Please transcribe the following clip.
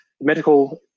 Medical